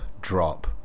drop